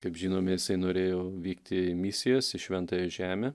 kaip žinome jisai norėjo vykti į misijas į šventąją žemę